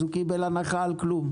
אז הוא קיבל הנחה על כלום.